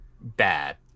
bad